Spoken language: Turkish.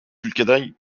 ülkeden